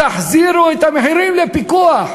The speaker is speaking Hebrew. תחזירו את המחירים לפיקוח,